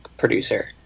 producer